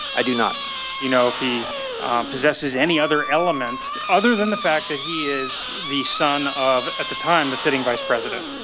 i do not do you know if he possesses any other elements other than the fact that he is the son of, at the time, the sitting vice president?